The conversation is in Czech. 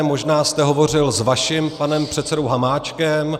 Možná jste hovořil s vaším panem předsedou Hamáčkem.